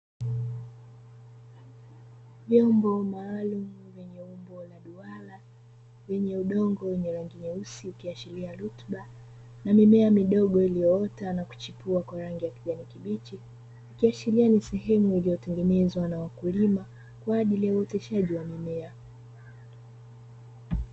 Jambo maalumu lenye umbo la duara lenye udongo wenye rangi ukiashiria rutuba, na mimea midogo ilioota yenye rangi ya kijani kibichi, ikiashiria ni eneo lilitengenezwa na wakulima kwa ajili ya uoteshaji wa mimea.